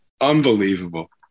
Unbelievable